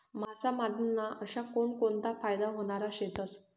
मासामारी ना अशा कोनकोनता फायदा व्हनारा शेतस?